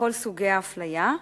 לכל סוגי האפליה,